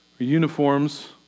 uniforms